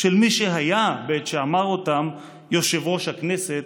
של מי שהיה בעת שאמר אותם יושב-ראש הכנסת